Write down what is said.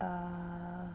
err